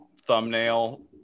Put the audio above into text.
thumbnail